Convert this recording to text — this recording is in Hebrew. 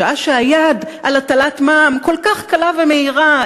שעה שהיד על הטלת מע"מ כל כך קלה ומהירה?